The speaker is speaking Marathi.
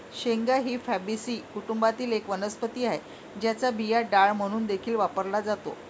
शेंगा ही फॅबीसी कुटुंबातील एक वनस्पती आहे, ज्याचा बिया डाळ म्हणून देखील वापरला जातो